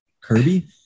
Kirby